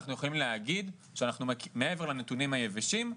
אנחנו יכולים להגיד שאנחנו מעבר לנתונים היבשים,